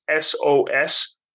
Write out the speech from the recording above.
sos